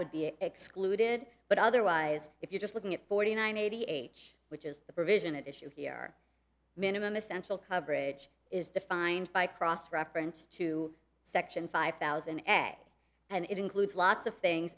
would be excluded but otherwise if you're just looking at forty nine eighty eight which is the provision at issue here our minimum essential coverage is defined by cross reference to section five thousand egg and it includes lots of things